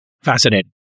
fascinating